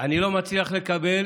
אני לא מצליח לקבל